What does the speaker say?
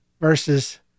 versus